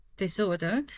disorder